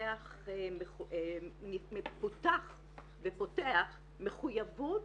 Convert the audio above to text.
פוּתח ופוֹתח מחויבות